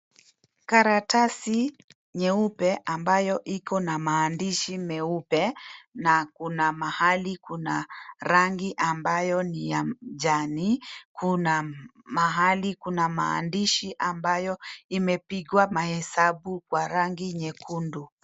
Karatasi nyeupe ambayo iko na maandishi meupe na kuna mahali kuna rangi ambayo ni a jani. Kuna mahali kuna maandishi ambayo imepigwa mahesabu kwa rangi nyekundu.